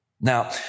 Now